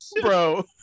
bro